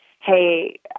hey